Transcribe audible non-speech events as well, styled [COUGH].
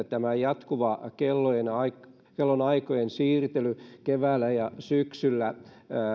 [UNINTELLIGIBLE] tämä jatkuva kellonaikojen siirtely keväällä ja syksyllä